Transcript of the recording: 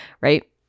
right